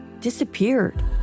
disappeared